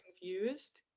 confused